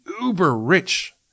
uber-rich